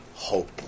Hope